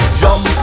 jump